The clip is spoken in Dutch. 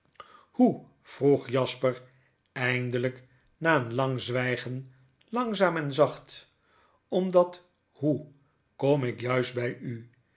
hoe vroeg jasper eindelyk na een lang zwygen langzaam en zacht om dat hoe kom ik juist by u